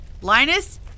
Linus